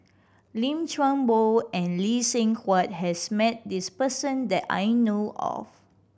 Lim Chuan Poh and Lee Seng Huat has met this person that I know of